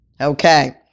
okay